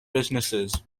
businesses